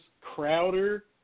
Crowder